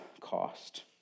cost